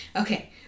Okay